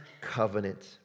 covenant